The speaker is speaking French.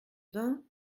vingt